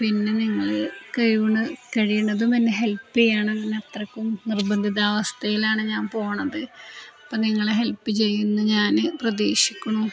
പിന്നെ നിങ്ങൾ കഴിവണ് കഴിയുന്നതും എന്നെ ഹെല്പ് ചെയ്യണം അങ്ങനെ അത്രക്കും നിർബന്ധിതാവസ്ഥയിലാണ് ഞാൻ പോകുന്നത് അപ്പം നിങ്ങൾ ഹെല്പ് ചെയ്യുമെന്നു ഞാൻ പ്രതീക്ഷിക്കുന്നു